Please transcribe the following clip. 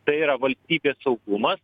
tai yra valstybės saugumas